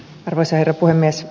arvoisa herra puhemies